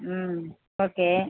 ம் ஓகே